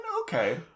Okay